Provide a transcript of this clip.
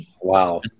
Wow